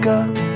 up